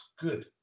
good